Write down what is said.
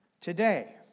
today